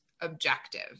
objective